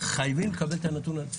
חייבים לקבל את הנתון.